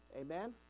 Amen